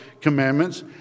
commandments